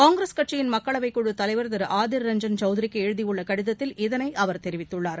காங்கிரஸ் கட்சியின் மக்களவை குழு தலைவர் திரு ஆதிர் ரஞ்சன் சௌத்ரிக்கு எழுதியுள்ள கடிதத்தில் இதனை அவர் தெரிவித்துள்ளார்